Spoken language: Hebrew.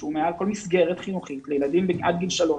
כל מסגרת חינוכית לילדים עד גיל שלוש,